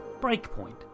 Breakpoint